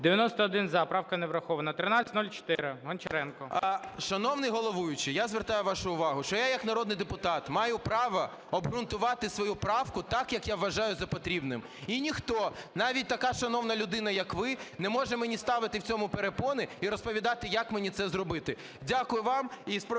За-91 Правка не врахована. 1304, Гончаренко.